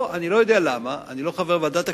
פה, אני לא יודע למה, אני לא חבר ועדת הכספים,